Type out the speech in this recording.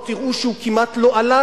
תראו שהוא כמעט לא עלה,